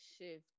shift